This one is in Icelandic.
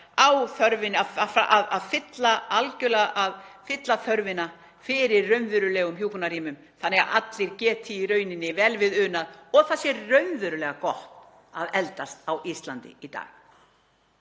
alvöruuppbyggingu, að fylla þörfina fyrir raunveruleg hjúkrunarrými þannig að allir geti í rauninni vel við unað og það sé raunverulega gott að eldast á Íslandi í dag.